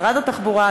משרד התחבורה,